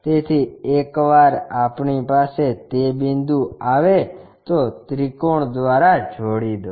તેથી એકવાર આપણી પાસે તે બિંદુ આવે તો ત્રિકોણ દ્વારા જોડી દો